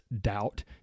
doubt